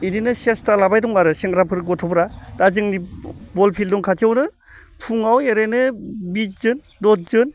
इदिनो सेस्था लाबाय दं आरो सेंग्राफोर गथ'फोरा दा जोंनि बल फिल्ड दं खाथियावनो फुङाव ओरैनो बिसजन दसजन